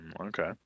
okay